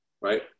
Right